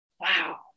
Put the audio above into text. Wow